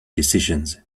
decisions